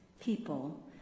people